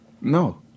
No